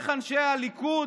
איך אנשי הליכוד,